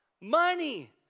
Money